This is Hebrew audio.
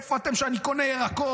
איפה אתם כשאני קונה ירקות?